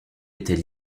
était